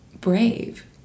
brave